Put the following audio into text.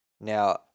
now